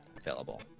available